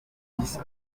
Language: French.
dix